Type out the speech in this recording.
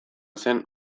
zen